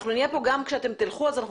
אנחנו נהיה פה גם כשאתם תלכו אז אנחנו